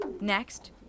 Next